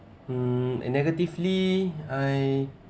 mm and negatively I